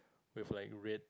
with like red